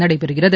நடைபெறுகிறது